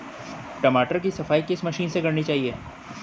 टमाटर की सफाई किस मशीन से करनी चाहिए?